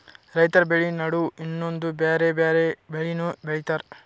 ರೈತರ್ ಬೆಳಿ ನಡು ಇನ್ನೊಂದ್ ಬ್ಯಾರೆ ಬ್ಯಾರೆ ಬೆಳಿನೂ ಬೆಳಿತಾರ್